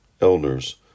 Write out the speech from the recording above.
elders